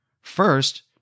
First